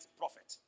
prophet